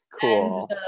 Cool